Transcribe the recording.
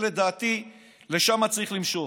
ולדעתי לשם צריך למשוך.